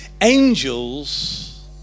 angels